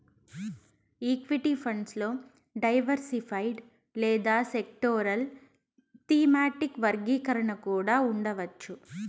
equity funds లో diversified లేదా sectoral, thematic వర్గీకరణ కూడా ఉండవచ్చు